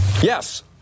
Yes